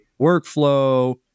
workflow